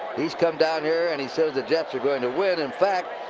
he's come down here, and he says the jets are going to win. in fact,